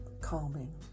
calming